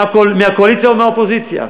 מהקואליציה או מהאופוזיציה,